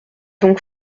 donc